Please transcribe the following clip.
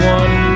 one